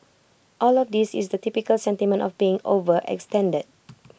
all of this is the typical sentiment of being overextended